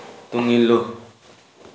ꯇꯨꯡ ꯏꯜꯂꯨ